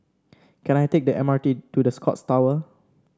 can I take the M R T to The Scotts Tower